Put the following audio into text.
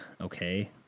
Okay